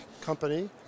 company